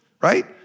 right